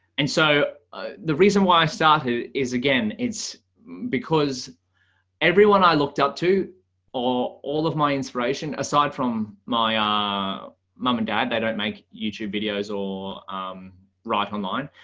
and so the reason why i started is again, it's because everyone i looked up to all all of my inspiration aside from my ah um mom and dad, i don't make youtube videos or write online,